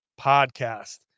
podcast